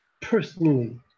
personally